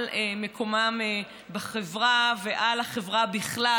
על מקומם בחברה ועל החברה בכלל: